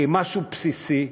כמשהו בסיסי,